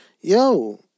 yo